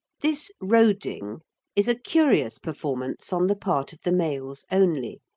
this roding is a curious performance on the part of the males only,